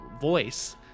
voice